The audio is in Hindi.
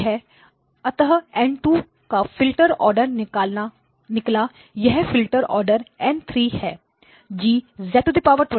तो यह अंततः N2 का फिल्टर ऑर्डर निकला यह फ़िल्टर ऑर्डर N3 है G